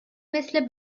مثل